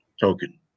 token